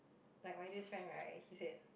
like Y_J's friend right he said